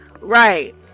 Right